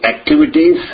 activities